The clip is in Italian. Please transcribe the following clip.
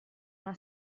una